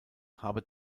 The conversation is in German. habe